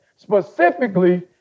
Specifically